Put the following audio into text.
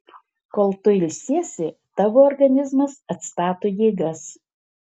kol tu ilsiesi tavo organizmas atstato jėgas